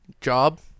Job